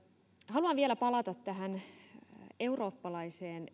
haluan vielä palata eurooppalaiseen